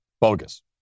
bogus